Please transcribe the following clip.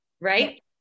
right